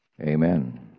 Amen